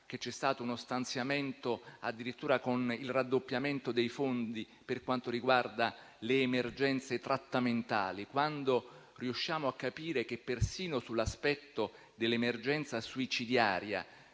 che c'è stato uno stanziamento addirittura con il raddoppiamento dei fondi per quanto riguarda le emergenze trattamentali; quando riusciamo a capire che persino sull'aspetto dell'emergenza suicidaria